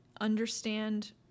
understand